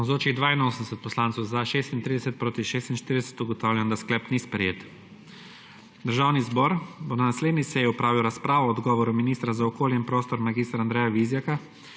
46. (Za je glasovalo 36.) (Proti 46.) Ugotavljam, da sklep ni sprejet. Državni zbor bo na naslednji seji opravil razpravo o odgovoru ministra za okolje in prostor mag. Andreja Vizjaka